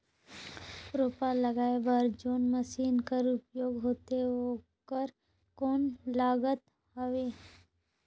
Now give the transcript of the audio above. रोपा लगाय बर जोन मशीन कर उपयोग होथे ओकर कौन लागत हवय?